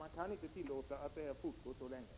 Man kan inte tillåta att detta fortgår så länge till.